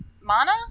mana